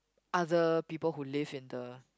other people who live in the